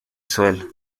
suelo